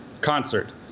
concert